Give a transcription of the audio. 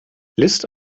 list